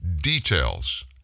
details